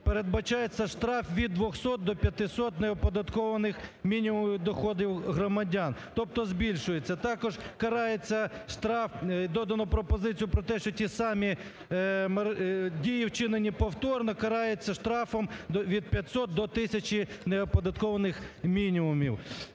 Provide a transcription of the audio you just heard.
передбачається штраф від 200 до 500 неоподаткованих мінімумів доходів громадян. Тобто збільшується. Також карається штраф додану пропозицію про те, що ті самі дії вчинені повторно караються штрафом від 500 до тисячі неоподаткованих мінімумів